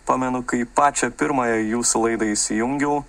pamenu kaip pačią pirmąją jūsų laidą įsijungiau